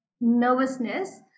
nervousness